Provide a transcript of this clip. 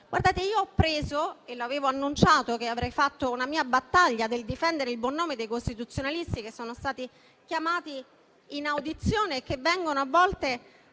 attualmente vigente. Avevo annunciato che avrei fatto una mia battaglia per difendere il buon nome dei costituzionalisti che sono stati chiamati in audizione e che vengono a volte